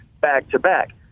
back-to-back